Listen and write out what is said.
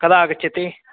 कदा आगच्छति